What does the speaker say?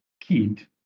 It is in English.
kid